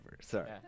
sorry